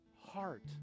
heart